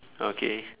okay